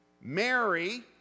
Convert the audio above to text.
Mary